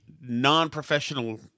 non-professional